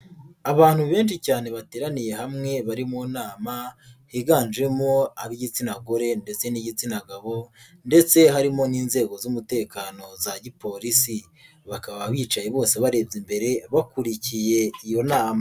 Abantu benshi cyane bateraniye hamwe bari mu nama higanjemo ab'igitsina gore ndetse n'igitsina gabo ndetse harimo n'inzego z'umutekano za gipolisi, bakaba bicaye bose barebye imbere bakurikiye iyo nama.